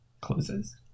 closes